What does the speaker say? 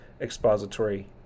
expository